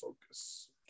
focus